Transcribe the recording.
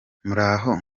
muraho